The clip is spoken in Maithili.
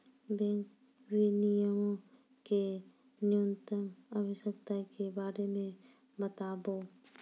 बैंक विनियमो के न्यूनतम आवश्यकता के बारे मे बताबो